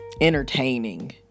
entertaining